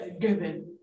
given